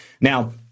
Now